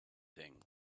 thing